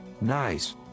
nice